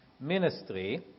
ministry